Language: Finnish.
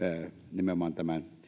nimenomaan tämän